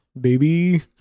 baby